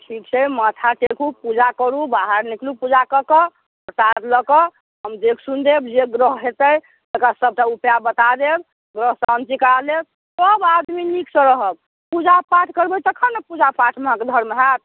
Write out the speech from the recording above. ठीक छै माथा टेकू पूजा करू बाहर निकलू पूजा कऽ कऽ प्रसाद लऽ कऽ हम देखि सुनि देब जे ग्रह हेतै तकरा सभटा उपाय बता देब ग्रह शान्ति करा लेब सभ आदमी नीकसँ रहब पूजा पाठ करबै तखन ने पूजा पाठमे अहाँक धर्म हैत